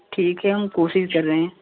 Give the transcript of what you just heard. ठीक है हम कोशिश कर रहे हैं